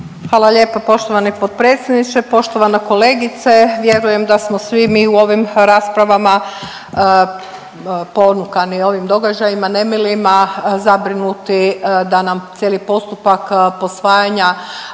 Hvala lijepo poštovani potpredsjedniče. Poštovana kolegice, vjerujem da smo svi mi u ovim raspravama ponukani ovim događajima nemilima zabrinuti da nam cijeli postupak posvajanja